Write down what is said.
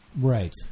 right